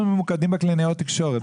אנחנו ממוקדים בקלינאיות תקשורת.